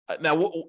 Now